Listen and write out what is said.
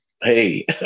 hey